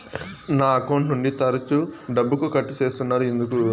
నా అకౌంట్ నుండి తరచు డబ్బుకు కట్ సేస్తున్నారు ఎందుకు